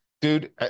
dude